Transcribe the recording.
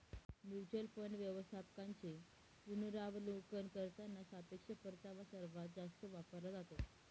mutual fund व्यवस्थापकांचे पुनरावलोकन करताना सापेक्ष परतावा सर्वात जास्त वापरला जातो